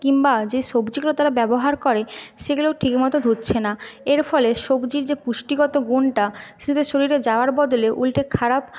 কিংবা যে সবজিগুলো তারা ব্যবহার করে সেগুলোও ঠিকমতো ধুচ্ছে না এর ফলে সবজির যে পুষ্টিগত গুণটা সেটা শরীরে যাওয়ার বদলে উল্টে খারাপ